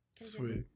Sweet